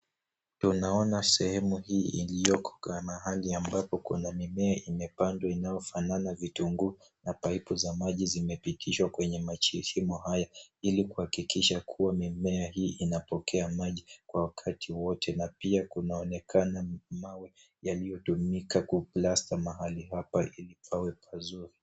Tunaona sehemu hii ilioko na mahali ambapo kuna mimea imepandwa inayofanana na vitunguu na paipu za maji zimepitishwa kwenye mashimo haya ili kuhakikisha kuwa mimea hii inapokea maji kwa wakati wowote na pia kunaonekana mawe yaliyotumika kuplaster mahali hapa ili pawe pazuri.